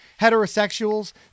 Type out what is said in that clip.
heterosexuals